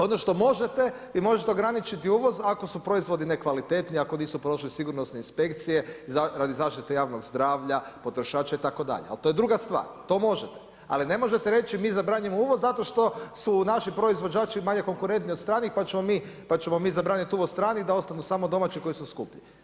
Ono što možete, vi možete ograničiti uvoz ako su proizvodi nekvalitetni, ako nisu prošli sigurnosne inspekcije radi zaštite javnog zdravlja, potrošača itd., ali to je druga stvar, to može. ali ne možete reći mi zabranjujemo uvoz zato što su naši proizvođači manje konkurentni od stranih pa ćemo mi zabraniti uvoz stranih da ostanu samo domaći koji su skuplji.